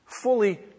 fully